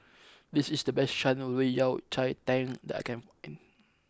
this is the best Shan Rui Yao Cai Tang that I can find